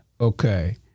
Okay